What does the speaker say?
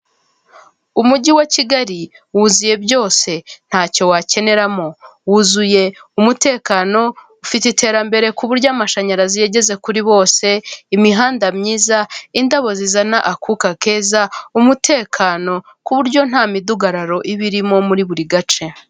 Umujyi wa kigali wuzuye byose, ntacyo wakeneramo. Wuzuye umutekano, ufite iterambere ku buryo amashanyarazi yageze kuri bose, imihanda myiza, indabo zizana akuka keza, umutekano ku buryo nta midugararo iba irimo muri buri gace.